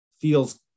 feels